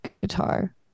guitar